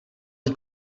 die